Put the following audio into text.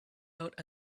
out